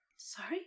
Sorry